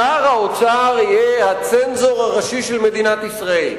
שר האוצר יהיה הצנזור הראשי של מדינת ישראל.